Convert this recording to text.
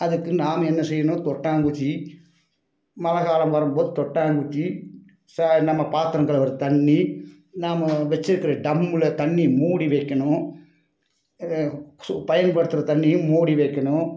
அதுக்கு நாம் என்ன செய்யணும் கொட்டாங்குச்சி மழை காலம் வரும்போது கொட்டாங்குச்சி சரி நம்ம பாத்திரம் கழுவுற தண்ணி நாம் வச்சிருக்குற டம்முல தண்ணி மூடி வைக்கணும் பயன்படுத்துகிற தண்ணியும் மூடி வைக்கணும்